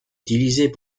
utilisés